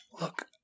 Look